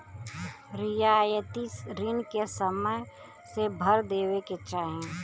रियायती रिन के समय से भर देवे के चाही